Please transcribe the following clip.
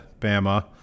bama